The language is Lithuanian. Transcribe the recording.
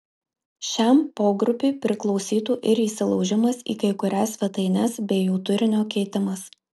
šiam pogrupiui priklausytų ir įsilaužimas į kai kurias svetaines bei jų turinio keitimas